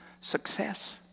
success